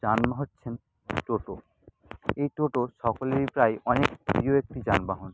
যানবাহন হচ্ছেন টোটো এই টোটো সকলেরই প্রায় অনেক প্রিয় একটি যানবাহন